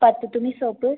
பத்து துணி சோப்பு